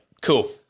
cool